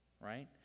right